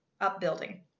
upbuilding